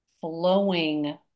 flowing